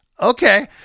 Okay